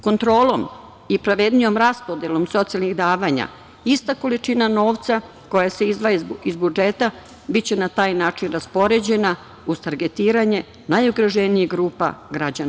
Kontrolom i pravednijom raspodelom socijalnih davanja ista količina novca koja se izdvaja iz budžeta biće na taj način raspoređena uz targetiranje najugroženijih grupa građana.